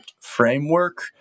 framework